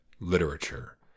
literature